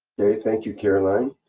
thank you, caroline.